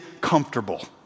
comfortable